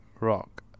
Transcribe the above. rock